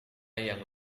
yang